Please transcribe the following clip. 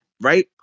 right